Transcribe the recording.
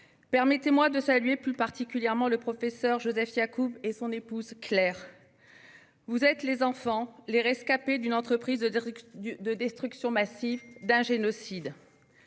Permettez-moi de saluer, plus particulièrement, le professeur Joseph Yacoub et son épouse Claire. Vous êtes les enfants, les rescapés d'une entreprise de destruction massive, d'un génocide.